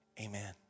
Amen